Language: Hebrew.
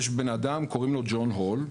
יש בן אדם שקוראים לו ג'ון הול,